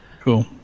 Cool